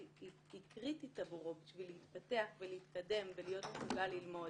היא קריטית עבורו בשביל להתפתח ולהתקדם ולהיות מסוגל ללמוד,